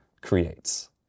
creates